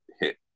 hit